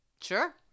Sure